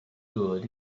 good